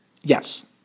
Yes